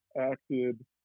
acted